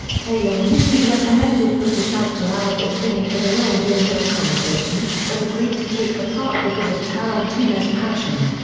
taylor initially recommended british actor albert finney for the role during their conversation, but agreed to take the part because of tarantino's passion.